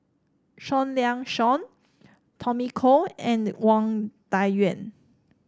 Seah Liang Seah Tommy Koh and Wang Dayuan